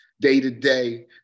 day-to-day